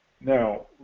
Now